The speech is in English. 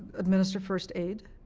administer first aid